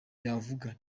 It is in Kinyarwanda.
yavuze